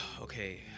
Okay